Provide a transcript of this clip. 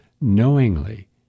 knowingly